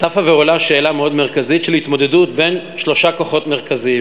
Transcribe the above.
צפה ועולה שאלה מאוד מרכזית של התמודדות בין שלושה כוחות מרכזיים: